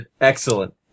Excellent